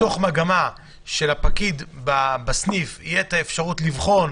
מתוך מגמה שלפקיד בסניף תהיה אפשרות לבחון.